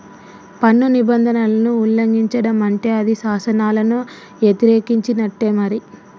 పన్ను నిబంధనలను ఉల్లంఘిచడం అంటే అది శాసనాలను యతిరేకించినట్టే మరి